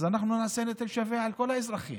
אז אנחנו נעשה נטל שווה על כל האזרחים,